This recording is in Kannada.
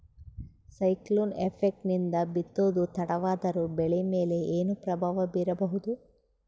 ಸೈಕ್ಲೋನ್ ಎಫೆಕ್ಟ್ ನಿಂದ ಬಿತ್ತೋದು ತಡವಾದರೂ ಬೆಳಿ ಮೇಲೆ ಏನು ಪ್ರಭಾವ ಬೀರಬಹುದು?